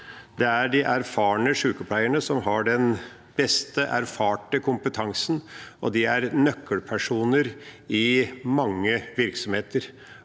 Det er de erfarne sykepleierne som har den beste, erfarte kompetansen, og de er nøkkelpersoner i mange virksomheter.